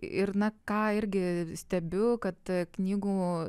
ir na ką irgi stebiu kad knygų